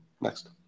Next